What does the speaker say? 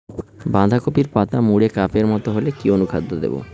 বাঁধাকপির পাতা মুড়ে কাপের মতো হলে কি অনুখাদ্য দেবো?